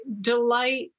Delight